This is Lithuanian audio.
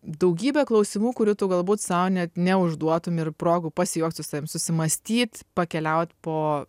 daugybė klausimų kurių tu galbūt sau net neužduotum ir progų pasijuokt su savim susimąstyt pakeliaut po